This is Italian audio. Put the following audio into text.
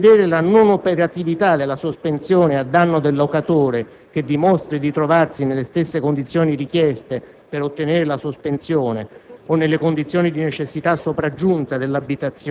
Il comma 6 dell'articolo 1, nel prevedere la non operatività della sospensione in danno del locatore che dimostri di trovarsi nelle stesse condizioni richieste per ottenere la sospensione